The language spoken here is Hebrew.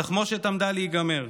התחמושת עמדה להיגמר.